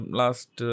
last